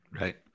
Right